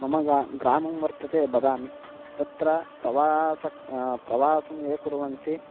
मम गा ग्रामः वर्तते बदामि तत्र प्रवासः प्रवासं ये कुर्वन्ति